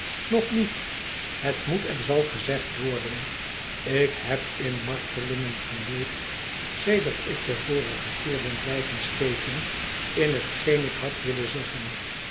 nog niet het moet en zal gezegd worden ik heb in martelingen geleefd sedert ik den vorigen keer ben blijven steken in hetgeen ik had willen zeggen